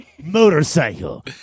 Motorcycle